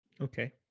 Okay